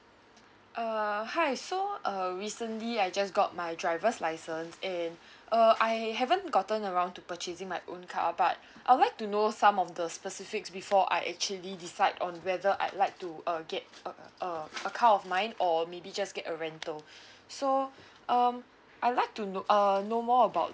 uh hi so uh recently I just got my driver license and uh I haven't gotten around to purchasing my own carpark I would like to know some of the specifics before I actually decide on whether I'd like to uh get uh uh a car of mine or maybe just get a rental so um I'd like to kno~ um know more about